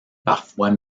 parfois